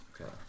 Okay